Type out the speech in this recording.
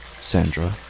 Sandra